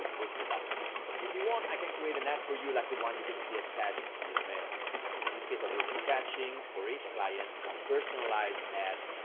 with this other way. if you want i can create an and ad for you like the one you can see attached to this mail and this case i was attaching for each client. i personalized ad,